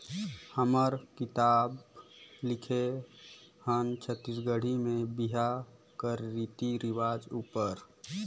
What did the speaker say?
हमन किताब लिखे हन छत्तीसगढ़ी में बिहा कर रीति रिवाज उपर